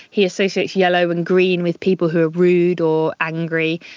he associates yellow and green with people who are rude or angry.